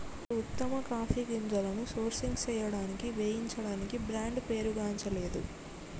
గీ ఉత్తమ కాఫీ గింజలను సోర్సింగ్ సేయడానికి వేయించడానికి బ్రాండ్ పేరుగాంచలేదు